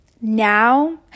Now